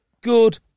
Good